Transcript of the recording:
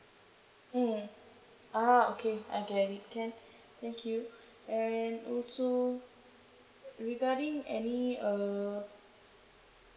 mm ah okay I get it can thank you and also regarding any uh